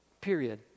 period